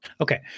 Okay